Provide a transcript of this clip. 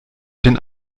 den